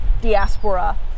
diaspora